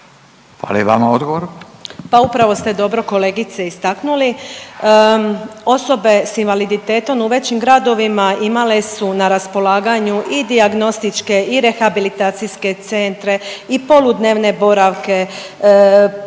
Danica (HDZ)** Pa upravo ste dobro kolegice istaknuli, osobe s invaliditetom u većim gradovima imale su na raspolaganju i dijagnostičke i rehabilitacijske centre i poludnevne boravke,